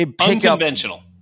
unconventional